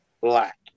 black